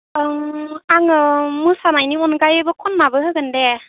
आङो मोसानायनि अनगायैबो खननाबो होगोन दे